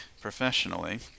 professionally